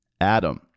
Adam